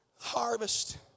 harvest